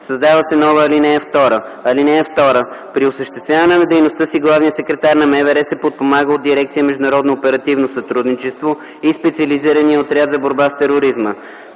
Създава се нова ал. 2: „(2) При осъществяване на дейността си главният секретар на МВР се подпомага от дирекция „Международно оперативно сътрудничество” и Специализирания отряд за борба с тероризма.”